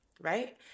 right